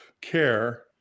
care